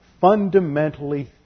fundamentally